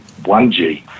1G